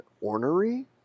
ornery